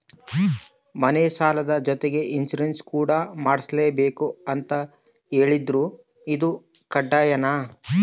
ಮನೆ ಸಾಲದ ಜೊತೆಗೆ ಇನ್ಸುರೆನ್ಸ್ ಕೂಡ ಮಾಡ್ಸಲೇಬೇಕು ಅಂತ ಹೇಳಿದ್ರು ಇದು ಕಡ್ಡಾಯನಾ?